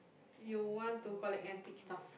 you want to collect antique stuff